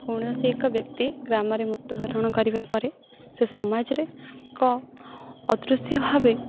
କୌଣସି ଏକ ବ୍ୟକ୍ତି ଗ୍ରାମରେ ମୃତ୍ୟୁ ବରଣ କରିବା ପରେ ସେ ସମାଜରେ ଏକ ଅଦୃଶ୍ୟ ଭାବେ